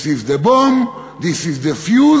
This is the bomb, this is the fuse.